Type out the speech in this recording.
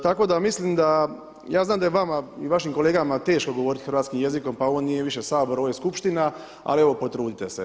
Tako da mislim da, ja znam da je vama i vašim kolegama teško govoriti hrvatskim jezikom pa ovo nije više Sabor, ovo je skupština ali evo potrudite se.